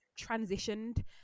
transitioned